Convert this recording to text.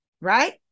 right